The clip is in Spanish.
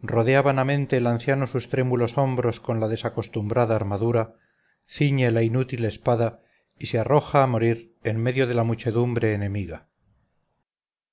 rodea vanamente el anciano sus trémulos hombros con la desacostumbrada armadura ciñe la inútil espada y se arroja a morir en medio de la muchedumbre enemiga